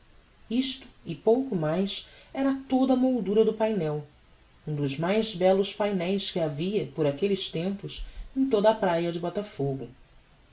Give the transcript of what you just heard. isto e pouco mais era toda a moldura do painel um dos mais bellos paineis que havia por aquelles tempos em toda a praia de botafogo